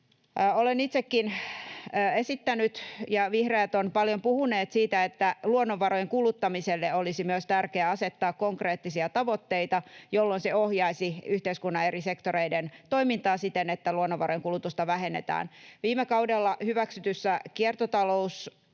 Olen itsekin esittänyt ja vihreät ovat paljon puhuneet siitä, että luonnonvarojen kuluttamiselle olisi tärkeää myös asettaa konkreettisia tavoitteita, jolloin se ohjaisi yhteiskunnan eri sektoreiden toimintaa siten, että luonnonvarojen kulutusta vähennetään. Viime kaudella hyväksytyssä kiertotalousohjelmassa